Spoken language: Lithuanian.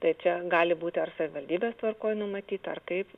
tai čia gali būti ar savivaldybės tvarkoj numatyta ar kaip